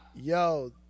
yo